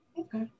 okay